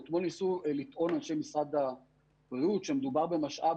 אתמול ניסו לטעון אנשי משרד הבריאות שמדובר במשאב